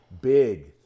big